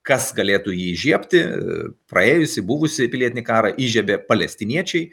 kas galėtų jį įžiebti praėjusį buvusį pilietinį karą įžiebė palestiniečiai